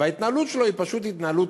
וההתנהלות שלו היא פשוט התנהלות